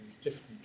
different